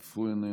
אף הוא איננו,